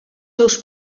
seus